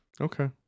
Okay